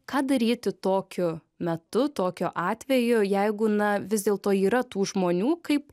ką daryti tokiu metu tokiu atveju jeigu na vis dėlto yra tų žmonių kaip